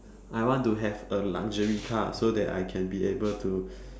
I want to have a luxury car so that I can be able to